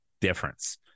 difference